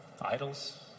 idols